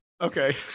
okay